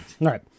right